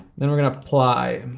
then we're gonna apply.